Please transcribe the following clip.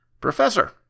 Professor